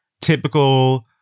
typical